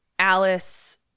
Alice